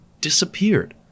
disappeared